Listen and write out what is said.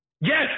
Yes